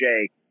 Jake